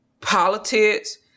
politics